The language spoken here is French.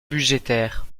budgétaire